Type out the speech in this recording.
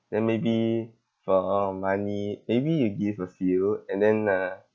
then maybe for an amount of money maybe you give a few and then uh